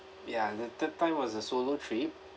ya the third time was a solo trip